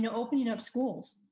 and opening up schools.